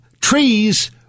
trees